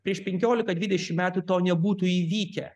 prieš penkiolika dvidešim metų to nebūtų įvykę